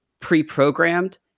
pre-programmed